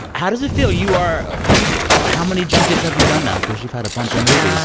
how does it feel? you are how many junkets have you done now cause you've had a bunch of movies? yeah,